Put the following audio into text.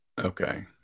Okay